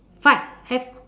fight F